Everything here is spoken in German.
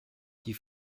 die